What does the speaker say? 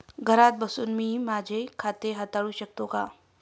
घरात बसून मी माझे खाते हाताळू शकते का?